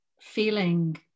feeling